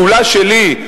כולה שלי,